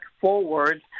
forward